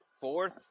Fourth